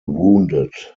wounded